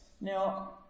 Now